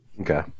Okay